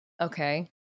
Okay